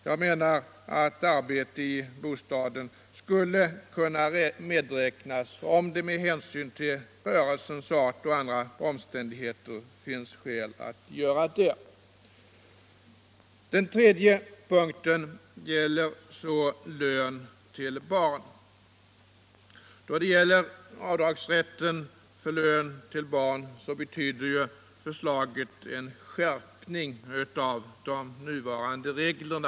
Jag menar att arbete i bostaden skulle kunna medräknas, om det med hänsyn till rörelsens art och andra omständigheter finns skäl att göra det. lön till barn betyder förslaget en skärpning av de nuvarande reglerna.